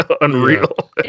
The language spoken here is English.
unreal